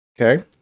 Okay